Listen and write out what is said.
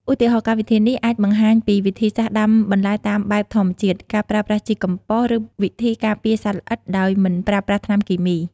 ឧទាហរណ៍ កម្មវិធីនេះអាចបង្ហាញពីវិធីសាស្ត្រដាំបន្លែតាមបែបធម្មជាតិ ការប្រើប្រាស់ជីកំប៉ុស្ត ឬវិធីការពារសត្វល្អិតដោយមិនប្រើប្រាស់ថ្នាំគីមី។